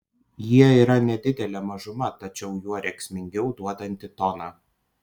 jie yra nedidelė mažuma tačiau juo rėksmingiau duodanti toną